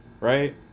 right